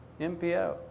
MPO